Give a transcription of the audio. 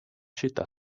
città